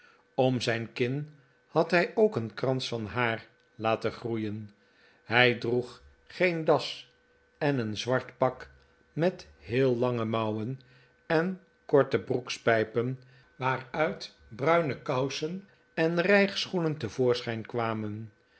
om zijn kin had hij ook een krans van haax laten groeien hij droeg geen das en een zwart pak met heel lange mouwen en korte broekspijpen waaruit bruine kousen en rijgschoenen te voorschijn kwamen